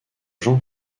jean